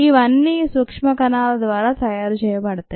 ఇవన్నీ ఈ సూక్ష్మకణాల ద్వారా తయారు చేయబడతాయి